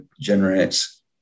generates